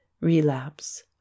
relapse